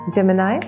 Gemini